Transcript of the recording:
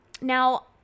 now